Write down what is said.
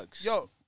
Yo